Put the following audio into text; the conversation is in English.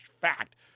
fact